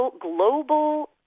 global